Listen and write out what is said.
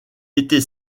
était